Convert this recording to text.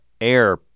Air